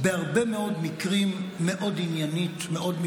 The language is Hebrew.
בהרבה מאוד מקרים היא עניינית מאוד,